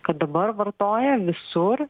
kad dabar vartoja visur